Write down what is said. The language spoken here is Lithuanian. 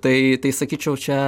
tai tai sakyčiau čia